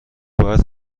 باید